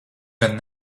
gan